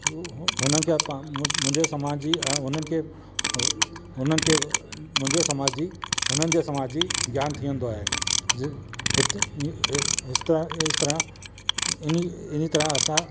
हु हुन खे मु मुंहिंजे समाज जी ऐं उन्हनि खे हुननि खे मुंहिंजे समाज जी हुननि जे समाज जी ज्ञान थी वेंदो आहे जे हित हे इस तरह इस तरह इनी इनी तरह असां